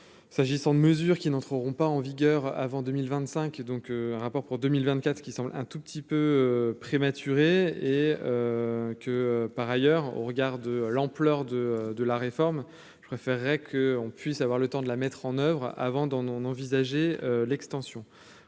S'agissant de mesures qui n'entreront pas en vigueur avant 2025 et donc un rapport pour 2024 ce qui semble un tout petit peu prématuré et que, par ailleurs, au regard de l'ampleur de de la réforme, je préférerais qu'on puisse avoir le temps de la mettre en oeuvre avant d'en on envisager l'extension